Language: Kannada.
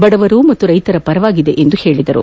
ಬಡವರು ಮತ್ತು ರೈತರ ಪರವಾಗಿದೆ ಎಂದರು